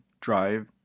drive